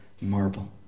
marble